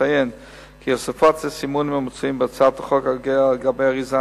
אציין כי הוספת הסימונים המוצעים בהצעת החוק על-גבי האריזה